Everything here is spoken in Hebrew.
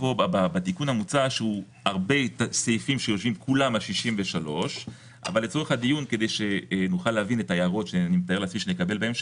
בתיקון המוצע יש הרבה סעיפים שנשענים כולם על סעיף 63. אבל לצורך הדיון כדי שנוכל להבין את ההערות שנקבע בהמשך,